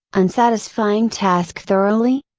unsatisfying task thoroughly?